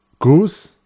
goose